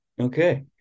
okay